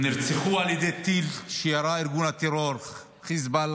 הם נרצחו על ידי טיל שירה ארגון הטרור חיזבאללה.